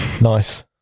nice